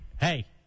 Hey